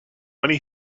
many